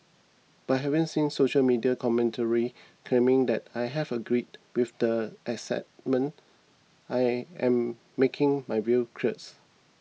but having seen social media commentaries claiming that I have agreed with the asset I am making my views clears